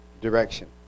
direction